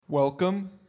Welcome